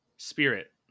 Spirit